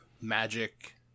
magic